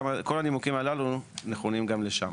כל הנימוקים הללו נכונים גם לשם.